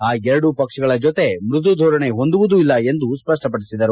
ಆ ಎರಡೂ ಪಕ್ಷಗಳ ಜೊತೆ ಮೃದು ಧೋರಣೆ ಹೊಂದುವುದೂ ಇಲ್ಲ ಎಂದು ಸ್ಪಷ್ಟಪಡಿಸಿದರು